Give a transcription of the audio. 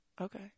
Okay